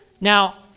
Now